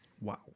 wow